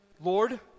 Lord